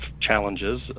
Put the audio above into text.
challenges